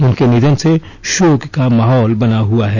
उनके निधन से शोक का माहौल बना हुआ हैं